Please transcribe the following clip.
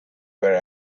were